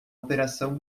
operação